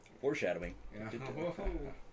Foreshadowing